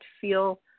feel